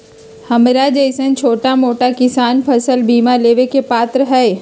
हमरा जैईसन छोटा मोटा किसान फसल बीमा लेबे के पात्र हई?